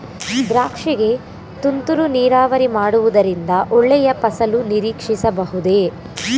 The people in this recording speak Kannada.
ದ್ರಾಕ್ಷಿ ಗೆ ತುಂತುರು ನೀರಾವರಿ ಮಾಡುವುದರಿಂದ ಒಳ್ಳೆಯ ಫಸಲು ನಿರೀಕ್ಷಿಸಬಹುದೇ?